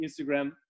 Instagram